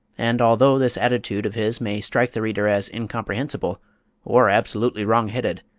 and, although this attitude of his may strike the reader as incomprehensible or absolutely wrong-headed,